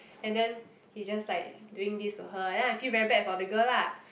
and then he just like doing this to her and then I feel very bad for the girl lah